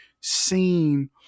seen